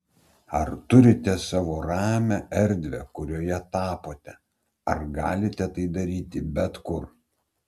ar turite savo ramią erdvę kurioje tapote ar galite tai daryti bet kur